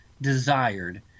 Desired